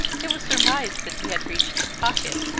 it was surmised that he had reached the pocket,